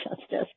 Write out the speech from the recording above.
justice